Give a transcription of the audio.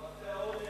את מעשי האונס.